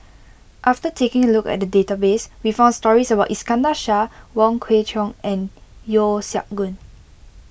after taking a look at the database we found stories about Iskandar Shah Wong Kwei Cheong and Yeo Siak Goon